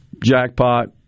jackpot